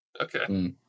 Okay